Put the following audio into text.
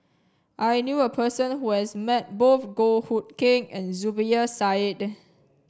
I knew a person who has met both Goh Hood Keng and Zubir Said